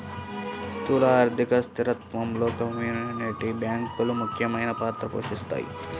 స్థూల ఆర్థిక స్థిరత్వంలో కమ్యూనిటీ బ్యాంకులు ముఖ్యమైన పాత్ర పోషిస్తాయి